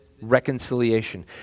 reconciliation